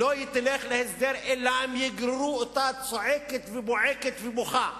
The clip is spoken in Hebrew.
היא לא תלך להסדר אלא אם כן יגררו אותה צועקת ובועטת ובוכה.